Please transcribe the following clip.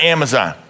Amazon